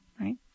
Right